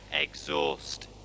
exhaust